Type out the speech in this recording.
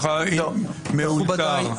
או מאולתר?